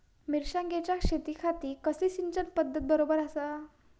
मिर्षागेंच्या शेतीखाती कसली सिंचन पध्दत बरोबर आसा?